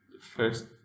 first